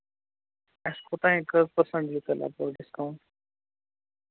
اَسہِ کوٗتاہ کٔژ پٔرسَنٹی تیٚلہِ اَپٲرۍ ڈِسکاوُنٛٹ